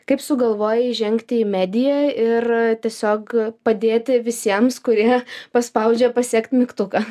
kaip sugalvojai įžengti į mediją ir tiesiog padėti visiems kurie paspaudžia pasekt mygtuką